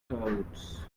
codes